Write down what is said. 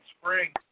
spring